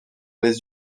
les